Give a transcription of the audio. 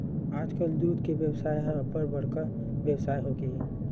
आजकाल दूद के बेवसाय ह अब्बड़ बड़का बेवसाय होगे हे